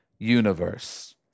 universe